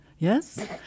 Yes